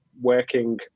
working